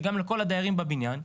וגם לכל הדיירים בבניין,